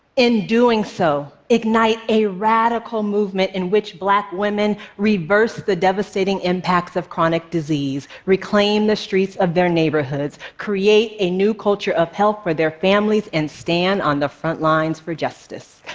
in doing so, ignite a radical movement in which black women reverse the devastating impacts of chronic disease, reclaim the streets of their neighborhoods, create a new culture of health for their families and stand on the front lines for justice.